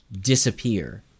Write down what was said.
disappear